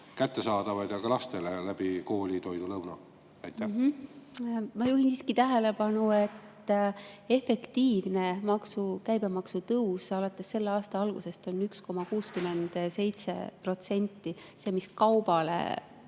kättesaadavad, ka lastele koolitoit? Ma juhin siiski tähelepanu, et efektiivne käibemaksu tõus alates selle aasta algusest on 1,67% – see, mis kaubale